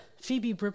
Phoebe